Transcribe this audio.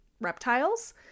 reptiles